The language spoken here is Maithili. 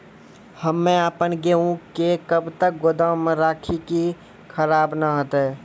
हम्मे आपन गेहूँ के कब तक गोदाम मे राखी कि खराब न हते?